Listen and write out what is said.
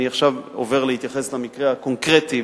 אני עובר עכשיו להתייחס למקרה הקונקרטי,